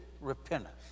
repentance